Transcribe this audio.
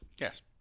Yes